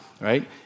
right